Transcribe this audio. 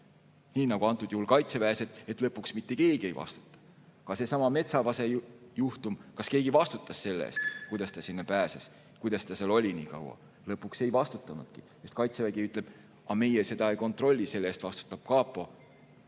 nagu antud juhul Kaitseväes, et lõpuks mitte keegi ei vastuta. Seesama Metsavase juhtum – kas keegi vastutas selle eest, kuidas ta sinna pääses, kuidas ta seal oli nii kaua? Lõpuks ei vastutanudki, sest Kaitsevägi ütleb: aga meie seda ei kontrolli, selle eest vastutab kapo.